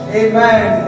amen